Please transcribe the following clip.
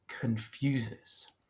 confuses